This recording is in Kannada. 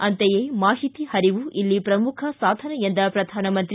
ಅಂತೆಯೇ ಮಾಹಿತಿ ಹರಿವು ಇಲ್ಲಿ ಪ್ರಮುಖ ಸಾಧನ ಎಂದ ಪ್ರಧಾನಮಂತ್ರಿ